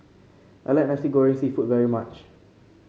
I like Nasi Goreng seafood very much